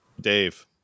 Dave